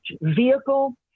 vehicle